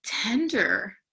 tender